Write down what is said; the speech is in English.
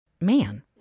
man